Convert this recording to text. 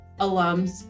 alums